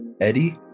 Eddie